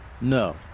no